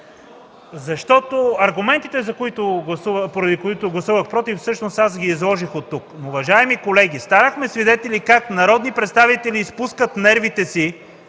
– аргументите, поради които гласувах „против”, всъщност ги изложих оттук. Уважаеми колеги, станахме свидетели как народни представители изпускат нервите си,